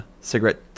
cigarette